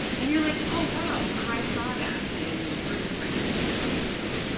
and you're like, oh, wow! i saw that. and the person right next to me probably didn't.